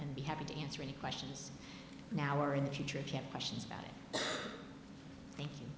be happy to answer any questions now or in the future if you have questions about it thank you